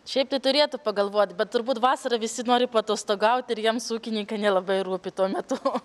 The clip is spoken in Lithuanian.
šiaip tai turėtų pagalvot bet turbūt vasarą visi nori paatostogauti ir jiems ūkininkai nelabai rūpi tuo metu